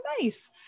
nice